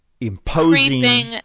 imposing